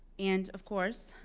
and of course,